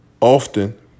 Often